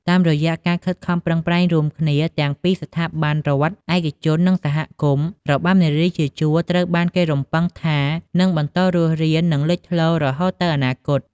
តាមរយៈការខិតខំប្រឹងប្រែងរួមគ្នាទាំងពីស្ថាប័នរដ្ឋ ឯកជន និងសហគមន៍ របាំនារីជាជួរត្រូវបានគេរំពឹងថានឹងបន្តរស់រាន និងលេចធ្លោរហូតទៅអនាគត។